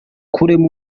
kurema